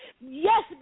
Yes